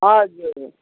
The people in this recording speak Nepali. हजुर